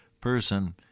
person